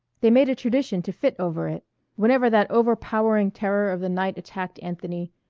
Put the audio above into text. they made a tradition to fit over it whenever that overpowering terror of the night attacked anthony,